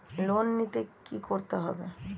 Loan নিতে কী করতে হবে?